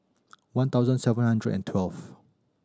one thousand seven hundred and twelve